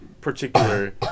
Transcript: particular